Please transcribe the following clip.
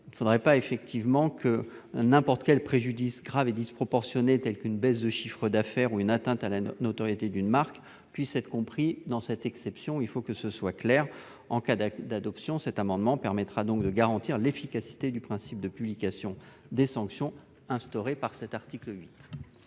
Il ne faudrait pas que n'importe quel préjudice grave et disproportionné, tel qu'une baisse de chiffre d'affaires ou une atteinte à la notoriété d'une marque, puisse relever de cette exception. S'il est adopté, cet amendement permettra de garantir l'efficacité du principe de publication des sanctions instauré par l'article 8.